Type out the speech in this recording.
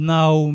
now